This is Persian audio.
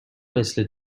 مثل